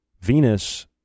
Venus